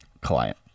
client